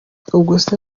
ubwose